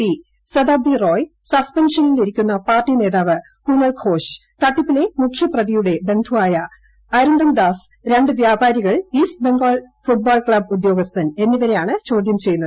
P സതാബ്ദി Roy സസ്പെൻഷനിരിക്കുന്ന party നേതാവ് കുനൽഘോഷ് തട്ടിപ്പിലെ മുഖ്യപ്രതിയുടെ ബന്ധുവായ അരിന്ദം ദാസ് രണ്ട് വ്യാപാരികൾ ഈസ്റ്റ് ബംഗാൾ ഫുട്ബോൾ ക്ലബ് ഉദ്യോഗസ്ഥൻ എന്നിവരെയാണ് ചോദ്യം ചെയ്യുന്നത്